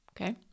okay